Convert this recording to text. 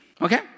okay